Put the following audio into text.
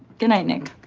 goodnight, nick.